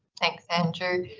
thanks andrew.